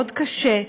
מאוד קשה,